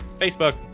Facebook